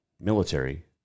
military